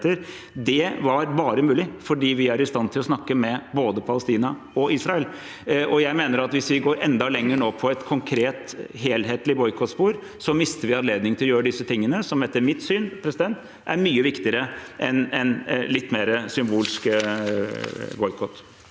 Det var bare mulig fordi vi er i stand til å snakke med både Palestina og Israel. Jeg mener at hvis vi går enda lenger nå på et konkret, helhetlig boikottspor, mister vi anledning til å gjøre disse tingene, som etter mitt syn er mye viktigere enn litt mer symbolsk boikott.